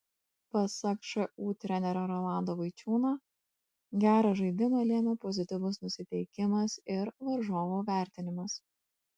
pasak šu trenerio rolando vaičiūno gerą žaidimą lėmė pozityvus nusiteikimas ir varžovų vertinimas